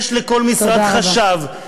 יש לכל משרד חשב,